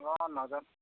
অঁ নাজানো